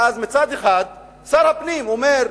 ואז מצד אחד, שר הפנים אומר,